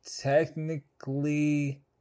technically